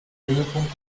höhepunkt